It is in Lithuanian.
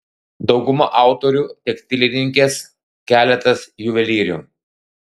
dauguma autorių tekstilininkės keletas juvelyrių